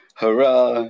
hurrah